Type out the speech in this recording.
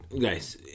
Guys